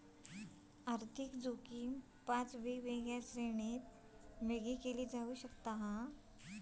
आर्थिक जोखीम पाच वेगवेगळ्या श्रेणींत वर्गीकृत केली जाऊ शकता